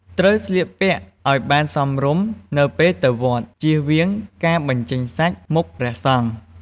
ត្រូវស្លៀកពាក់ឲ្យបានសមរម្យនៅពេលទៅវត្ត ជៀសវាងការបញ្ចេញសាច់មុខព្រះសង្ឃ។